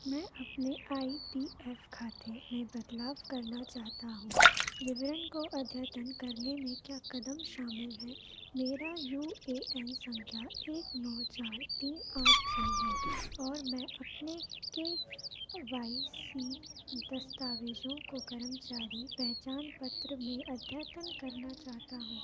मैं अपने I P F खाते में बदलाव करना चाहता हूँ विवरण को अद्यतन करने में क्या कदम शामिल हैं मेरा यू ए एन संख्या एक नौ चार तीन आठ छः है और मैं अपने के वाई सी दस्तावेज़ों को कर्मचारी पहचान पत्र में अद्यतन करना चाहता हूँ